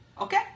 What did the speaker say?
Okay